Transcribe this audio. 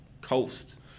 coast